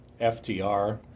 FTR